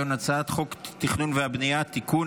אני קובע כי הצעת חוק הרשות השנייה לטלוויזיה ורדיו (תיקון,